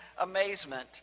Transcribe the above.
amazement